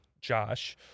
josh